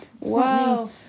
Wow